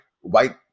white